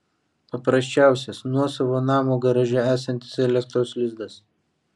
paprasčiausias nuosavo namo garaže esantis elektros lizdas